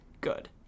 good